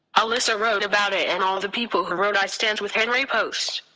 alyssa wrote about it and all the people who wrote i stand with henry posts.